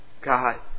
God